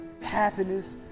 happiness